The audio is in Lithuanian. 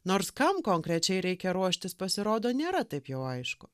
nors kam konkrečiai reikia ruoštis pasirodo nėra taip jau aišku